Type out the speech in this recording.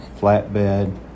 flatbed